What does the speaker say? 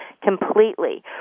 completely